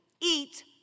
eat